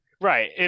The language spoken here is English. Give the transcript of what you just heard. Right